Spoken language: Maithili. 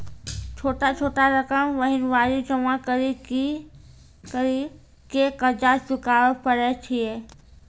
छोटा छोटा रकम महीनवारी जमा करि के कर्जा चुकाबै परए छियै?